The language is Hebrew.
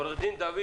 עו"ד דוד